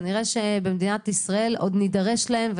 כנראה שבמדינת ישראל עוד נידרש להן,